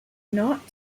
not